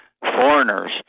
foreigners